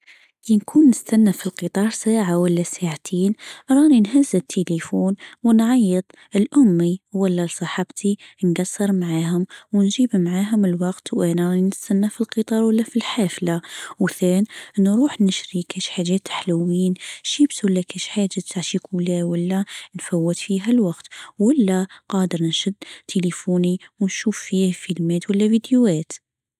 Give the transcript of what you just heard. كي نكون نستنى في القطار ساعه ولا ساعتين راني نهز التليفون لامي ولا لصاحبتي مقصر معاهم ونجيب معهم الوقت وأنا نستنى في القطار ولا في الحافله. وثان نروح نشري كيش حجات حلوين شيبس ولا كاش حاجه شكولاه ولا نفوت فيها الوقت ولا قادر نشد تلفوني ونشوف فيه فيلمات ولا فيديوهات.